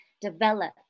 develop